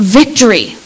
victory